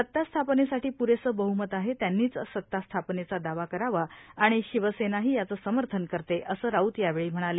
सत्ता स्थापनेसाठी प्ररेसं बद्धमत आहे त्यांनीच सत्ता स्थापनेचा दावा करावा आणि शिवसेनाही याचं समर्थन करते असं राऊत यावेळी म्हणाले